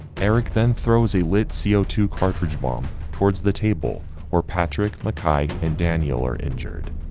eric then throws a litte c o two cartridge bomb towards the table where patrick, makai and daniel are injured.